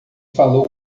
falou